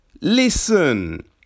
Listen